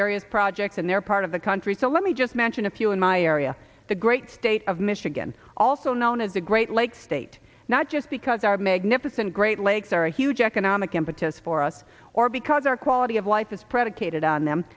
various projects in their part of the country so let me just mention a few in my area the great state of michigan also known as the great lakes state not just because our magnificent great lakes are a huge economic impetus for us or because our quality of life is predicated on them